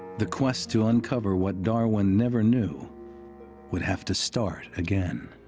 the quest to uncover what darwin never knew would have to start again.